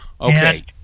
Okay